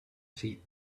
see